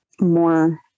more